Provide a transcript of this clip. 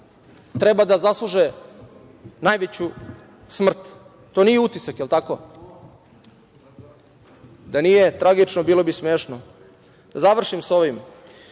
treba da zasluže najveću smrt. To nije utisak, jel tako? Da nije tragično, bilo bi smešno. Da završim sa